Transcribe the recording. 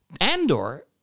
Andor